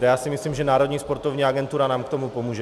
A já si myslím, že národní sportovní agentura nám k tomu pomůže.